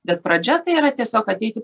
bet pradžia tai yra tiesiog ateiti